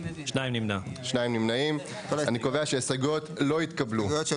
2 ההסתייגויות לא התקבלו אני קובע שההסתייגויות לא התקבלו.